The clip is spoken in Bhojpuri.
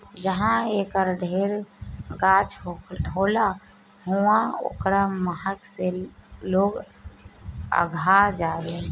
जहाँ एकर ढेर गाछ होला उहाँ ओकरा महक से लोग अघा जालें